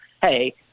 hey